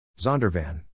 Zondervan